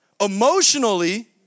Emotionally